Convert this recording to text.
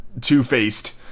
two-faced